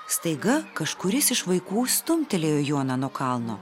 staiga kažkuris iš vaikų stumtelėjo joną nuo kalno